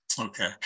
Okay